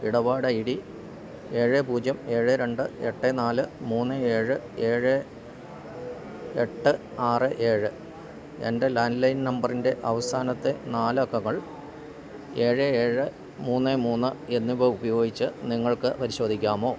ഇടപാട് I D ഏഴ് പൂജ്യം ഏഴ് രണ്ട് എട്ട് നാല് മൂന്ന് ഏഴ് ഏഴ് എട്ട് ആറ് ഏഴ് എൻ്റെ ലാൻഡ് ലൈൻ നമ്പറിൻ്റെ അവസാനത്തെ നാലക്കങ്ങൾ ഏഴ് ഏഴ് മൂന്ന് മൂന്ന് എന്നിവ ഉപയോഗിച്ച് നിങ്ങൾക്ക് പരിശോധിക്കാമോ